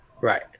Right